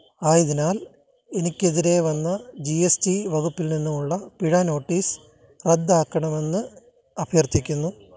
ആയതിനാൽ എനിക്ക് എതിരെ വന്ന ജീ എസ് റ്റി വക്പ്പിൽ നിന്നു ഉള്ള പിഴ നോട്ടീസ് റദ്ദാക്കണമെന്ന് അഭ്യർത്ഥിക്കുന്നു